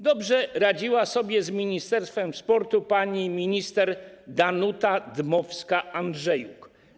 Dobrze radziła sobie z Ministerstwem Sportu pani minister Danuta Dmowska-Andrzejuk.